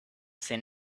seen